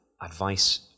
advice